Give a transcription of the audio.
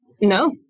No